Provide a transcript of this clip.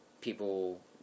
people